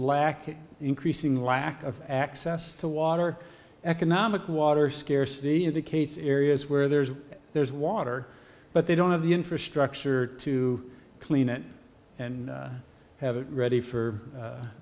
of increasing lack of access to water economic water scarcity indicates areas where there's there's water but they don't have the infrastructure to clean it and have it ready for